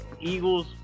Eagles